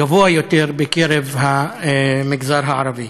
גבוה יותר בקרב המגזר הערבי.